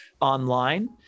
online